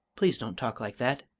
please don't talk like that,